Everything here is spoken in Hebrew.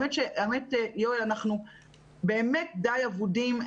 יואל, אנחנו באמת די אבודים.